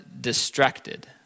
distracted